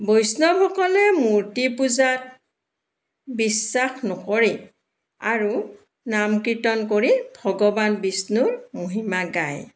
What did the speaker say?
বৈষ্ণৱসকলে মূৰ্তিপূজাত বিশ্বাস নকৰে আৰু নাম কীৰ্ত্তন কৰি ভগৱান বিষ্ণুৰ মহিমা গায়